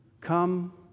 Come